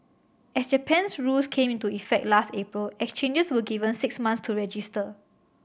as Japan's rules came into effect last April exchanges were given six months to register